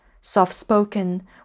soft-spoken